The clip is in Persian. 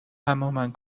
امامن